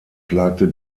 klagte